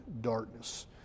darkness